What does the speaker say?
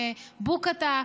בבוקעאתא.